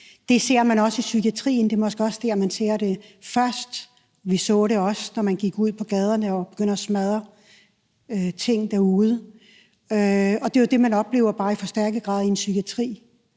Det ser man også i psykiatrien. Det er måske også der, man ser det først. Vi så det også, da man gik ud på gaderne og begyndte at smadre ting der, og det er jo det, man oplever, bare i forstærket grad i psykiatrien